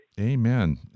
amen